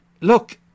Look